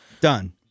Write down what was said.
Done